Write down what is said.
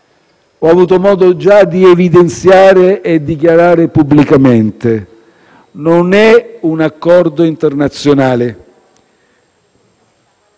Ho avuto già modo di evidenziare e dichiarare pubblicamente: non è un accordo internazionale.